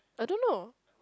I don't know